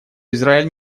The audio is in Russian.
израиль